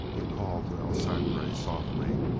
he called to el sangre softly.